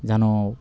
যেন